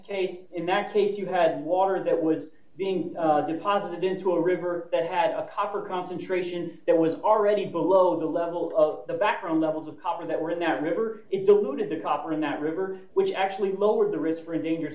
than in that case you had water that was being deposited into a river that had a copper concentration that was already below the level of the background levels of copper that were in that river is the looted the copper in that river which actually lowered the risk for endanger